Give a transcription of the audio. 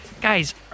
Guys